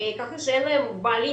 כך שהם מוגבלים